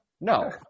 No